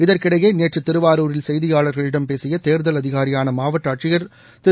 இதற்கிடையே நேற்று திருவாரூரில் செய்தியாளர்களிடம் பேசிய தேர்தல் அதிகாரியான மாவட்ட ஆட்சியர் திரு